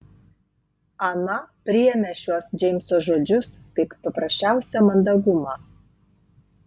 ana priėmė šiuos džeimso žodžius kaip paprasčiausią mandagumą